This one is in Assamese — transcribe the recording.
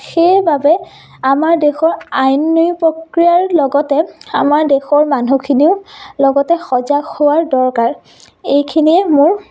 সেইবাবে আমাৰ দেশৰ আইনী প্ৰক্ৰিয়াৰ লগতে আমাৰ দেশৰ মানুহখিনিও লগতে সজাগ হোৱাৰ দৰকাৰ এইখিনিয়ে মোৰ